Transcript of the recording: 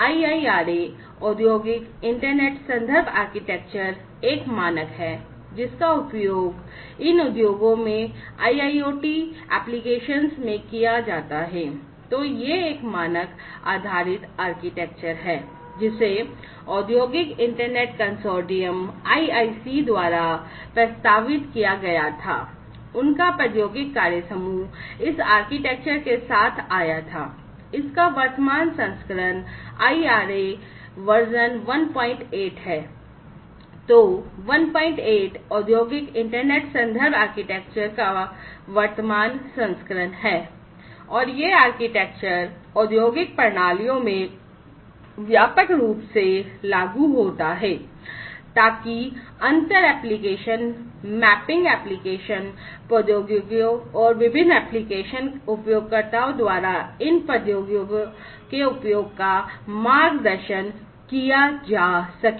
IIRA Industrial Internet Reference Architecture एक मानक है जिसका उपयोग इन उद्योगों में IIoT अनुप्रयोगों मैपिंग एप्लिकेशन प्रौद्योगिकियों और विभिन्न एप्लिकेशन उपयोगकर्ताओं द्वारा इन प्रौद्योगिकियों के उपयोग का मार्गदर्शन किया जा सके